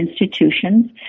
institutions